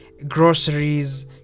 groceries